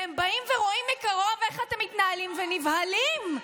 והם באים ורואים מקרוב איך אתם מתנהלים, ונבהלים.